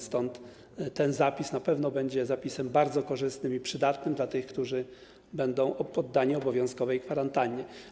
Stąd ten zapis na pewno będzie zapisem bardzo korzystnym i przydatnym dla tych, którzy będą poddani obowiązkowej kwarantannie.